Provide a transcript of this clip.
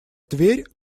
тверь